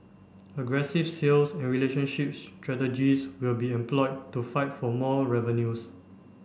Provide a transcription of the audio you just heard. aggressive sales and relationship strategies will be employed to fight for more revenues